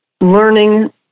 learning